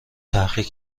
تحقیق